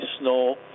snow